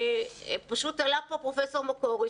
דיבר פרופסור מקורי,